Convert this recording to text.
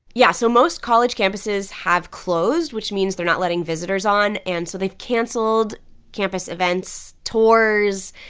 yeah. so most college campuses have closed, which means they're not letting visitors on. and so they've canceled campus events, tours,